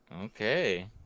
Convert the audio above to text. Okay